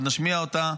עוד נשמיע אותה,